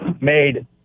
made